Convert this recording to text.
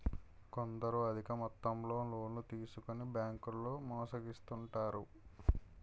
కొందరు అధిక మొత్తంలో లోన్లు తీసుకొని బ్యాంకుల్లో మోసగిస్తుంటారు